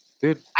Dude